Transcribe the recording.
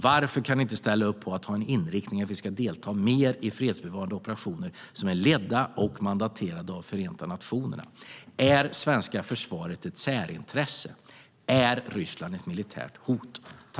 Varför kan ni inte ställa upp på att ha en inriktning att vi mer ska delta i fredsbevarande operationer som är ledda och mandaterade av Förenta nationerna? Är svenska försvaret ett särintresse? Är Ryssland ett militärt hot?